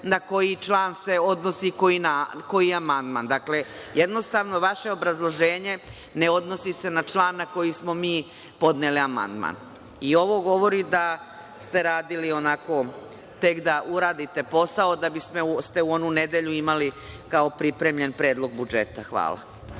na koji član se odnosi koji amandman. Vaše obrazloženje ne odnosi se na član na koji smo mi podneli amandman. Ovo govori da ste radili onako tek da uradite posao da biste u onu nedelju imali kao pripremljen Predlog budžeta. Hvala.